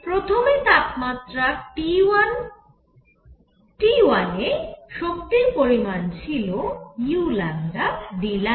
প্রথমে T1 তাপমাত্রায় শক্তির পরিমাণ ছিল u Δλ